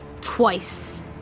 twice